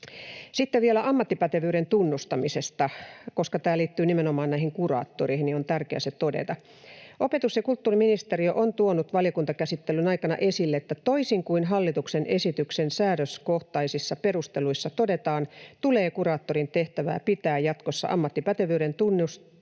Sitten vielä ammattipätevyyden tunnustamisesta — koska tämä liittyy nimenomaan näihin kuraattoreihin, on tärkeää se todeta: Opetus‑ ja kulttuuriministeriö on tuonut valiokuntakäsittelyn aikana esille, että toisin kuin hallituksen esityksen säädöskohtaisissa perusteluissa todetaan, tulee kuraattorin tehtävää pitää jatkossa ammattipätevyyden tunnustamisesta